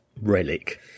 relic